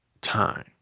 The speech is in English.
time